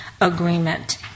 Agreement